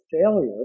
failure